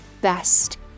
best